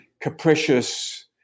capricious